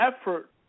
effort